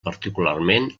particularment